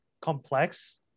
Complex